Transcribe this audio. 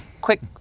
quick